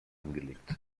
angelegt